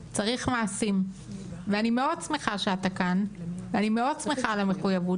צריך מעשים ואני מאוד שמחה שאתה כאן ואני מאוד שמחה על המחויבות